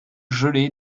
gelé